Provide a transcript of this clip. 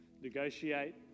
negotiate